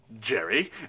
Jerry